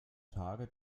tage